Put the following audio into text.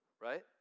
Right